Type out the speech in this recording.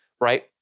right